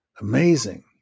Amazing